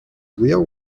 real